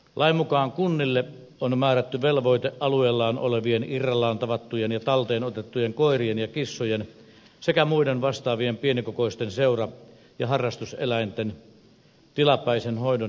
lain mukaan kunnille on määrätty velvoite alueellaan olevien irrallaan tavattujen ja talteenotettujen koirien ja kissojen sekä muiden vastaavien pienikokoisten seura ja harrastuseläinten tilapäisen hoidon järjestelyistä